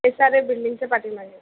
S R A बिल्डिंगच्या पाठीमागे